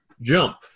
jump